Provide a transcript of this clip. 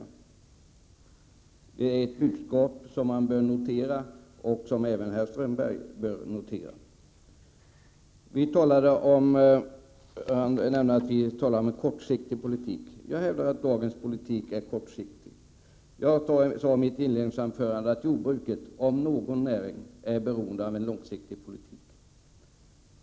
Häri ligger ett budskap som vi bör notera — alltså även herr Strömberg. Håkan Strömberg vände sig mot att jag hävdar att dagens politik är kortsiktig. Jag sade i mitt inledingsanförande att jordbruket, om någon näring, är beroende av en långsiktig politik.